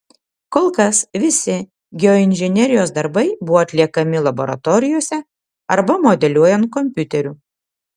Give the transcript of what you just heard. kol kas visi geoinžinerijos darbai buvo atliekami laboratorijose arba modeliuojant kompiuteriu